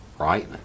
right